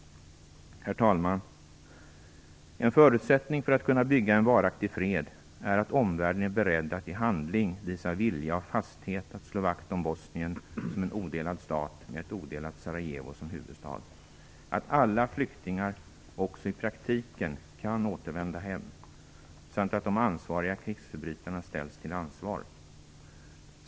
Herr talman! En förutsättning för att kunna bygga en varaktig fred är att omvärlden är beredd att i handling visa vilja och fasthet att slå vakt om Bosnien som en odelad stat med ett odelat Sarajevo som huvudstad, att alla flyktingar också i praktiken kan återvända hem samt att de ansvariga krigsförbrytarna ställs till ansvar.